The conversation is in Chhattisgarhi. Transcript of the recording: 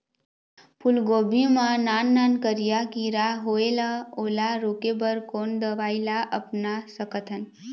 फूलगोभी मा नान नान करिया किरा होयेल ओला रोके बर कोन दवई ला अपना सकथन?